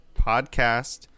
podcast